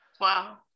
Wow